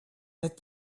that